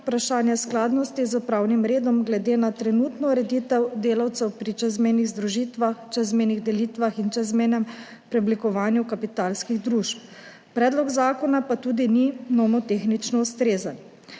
vprašanje skladnosti s pravnim redom glede na trenutno ureditev delavcev pri čezmejnih združitvah, čezmejnih delitvah in čezmejnem preoblikovanju kapitalskih družb. Predlog zakona pa tudi ni nomotehnično ustrezen.